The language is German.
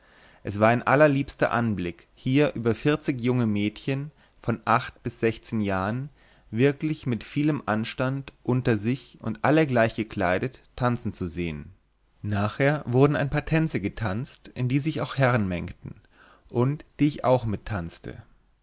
es war ein allerliebster anblick hier über vierzig junge mädchen von acht bis sechzehn jahren wirklich mit vielem anstand unter sich und alle gleich gekleidet tanzen zu sehn nachher wurden ein paar tänze getanzt in die sich auch herren mengten und die ich auch mittanzte